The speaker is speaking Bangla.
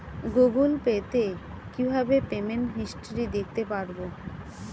গুগোল পে তে কিভাবে পেমেন্ট হিস্টরি দেখতে পারবো?